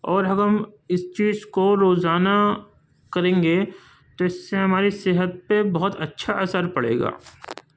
اور ہم اس چیز کو روزانہ کریں گے تو اس سے ہماری صحت پہ بہت اچھا اثر پڑے گا